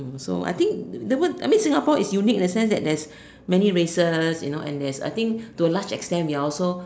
so I think the world I mean Singapore is unique in a sense that there's many races you know and there's I think to a large extent we are also